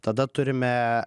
tada turime